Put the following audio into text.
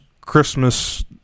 Christmas